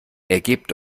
ergebt